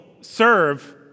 serve